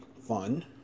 fun